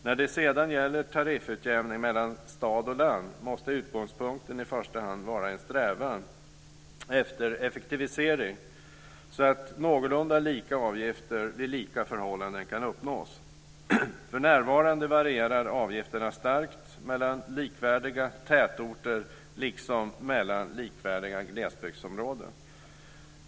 När det sedan gäller tariffutjämning mellan stad och land måste utgångspunkten i första hand vara en strävan efter effektivisering, så att någorlunda lika avgifter vid lika förhållanden kan uppnås. För närvarande varierar avgifterna starkt mellan likvärdiga tätorter liksom mellan likvärdiga glesbygdsområden.